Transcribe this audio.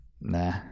nah